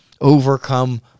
overcome